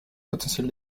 potentiel